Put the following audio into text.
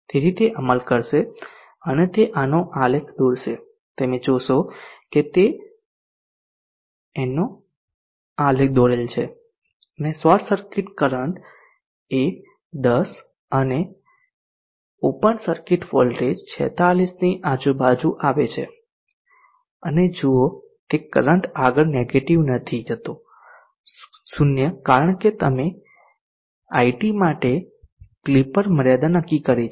તેથી તે અમલ કરશે અને તે આનો આલેખ દોરશે તમે જોશો કે આ તેનનો આલેખ દોરેલ છે અને શોર્ટ સર્કિટ કરંટ 10 અને ઓપન સર્કિટ વોલ્ટેજ 46 ની આજુબાજુ આવે છે અને જુઓ તે કરંટ આગળ નેગેટીવ નથી થતો 0 કારણ કે અમે IT માટે ક્લિપર મર્યાદા નક્કી કરી છે